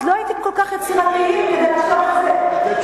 אז לא הייתם כל כך יצירתיים, לתת תשובה?